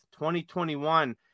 2021